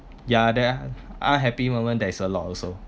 yeah there are aren't happy moments there is a lot also